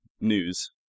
news